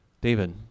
David